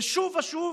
ושוב ושוב